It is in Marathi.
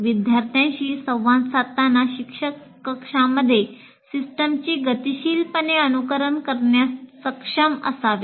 विद्यार्थ्यांशी संवाद साधताना शिक्षक कक्षामध्ये सिस्टमची गतीशीलपणे अनुकरण करण्यास सक्षम असावे